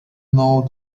know